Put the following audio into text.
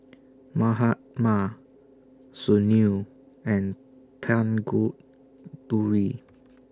Mahatma Sunil and Tanguturi